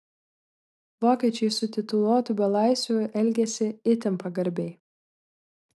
vokiečiai su tituluotu belaisviu elgėsi itin pagarbiai